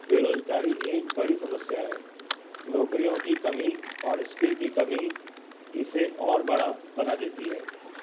بے روزگاری ایک بڑی سمسیا ہے نوکریوں کی کمی اور اسکل کی کمی اسے اور بڑا بنا دیتی ہے